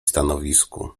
stanowisku